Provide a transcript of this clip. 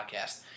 podcast